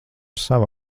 sava